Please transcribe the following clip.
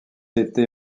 été